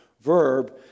verb